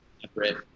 separate